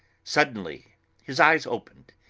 suddenly his eyes opened,